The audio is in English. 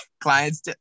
clients